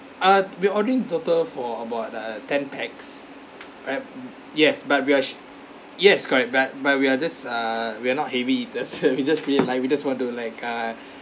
ah we ordering total for about uh ten pax uh yes but we are s~ yes correct but but we are just err we are not heavy eaters we just feeling like we just want to like err